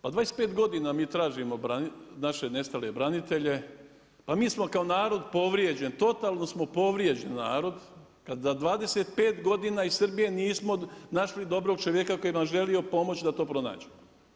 Pa 25 godina mi tražimo naše nestale branitelje, pa mi smo kao narod povrijeđen, totalno smo povrijeđen narod, kad 25 godina iz Srbije nismo našli dobrog čovjeka koji bi nam želio pomoći da to pronađemo.